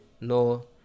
no